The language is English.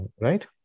right